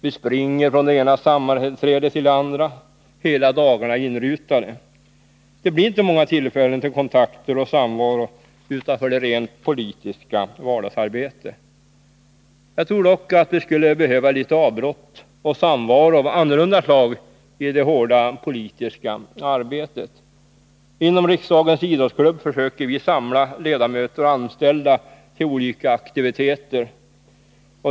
Vi springer från det ena sammanträdet till det andra — hela dagarna är inrutade. Det blir inte många tillfällen till kontakter och samvaro utanför det rent politiska arbetet. Jag tror dock att vi skulle behöva några avbrott och litet samvaro av annorlunda slag i det hårda politiska arbetet. Inom riksdagens idrottsklubb försöker vi samla ledamöter och anställda till olika aktiviteter.